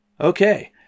Okay